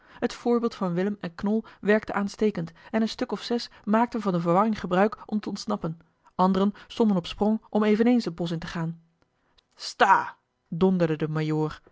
t voorbeeld van willem en knol werkte aanstekend en een stuk of zes maakten van de verwarring gebruik om te ontsnappen anderen stonden op sprong om eveneens het bosch in te gaan sta donderde de